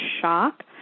shock